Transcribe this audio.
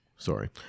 Sorry